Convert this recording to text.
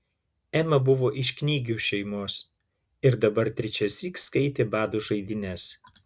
ema buvo iš knygių šeimos ir dabar trečiąsyk skaitė bado žaidynes